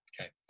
Okay